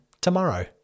tomorrow